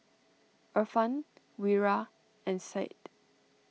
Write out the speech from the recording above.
Irfan Wira and Syed